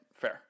Fair